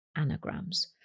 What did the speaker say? anagrams